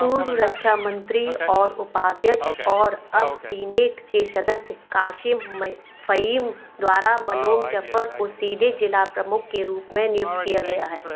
पूर्व रक्षा मंत्री और उपाध्यक्ष और अब सीनेट के सदस्य कासिम फहीम द्वारा मलोम ज़फर को सीधे ज़िला प्रमुख के रूप में नियुक्त किया गया है